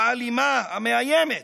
האלימה, המאיימת